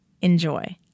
Enjoy